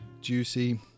juicy